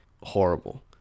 horrible